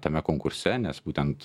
tame konkurse nes būtent